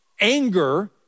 anger